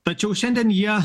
tačiau šiandien jie